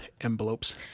envelopes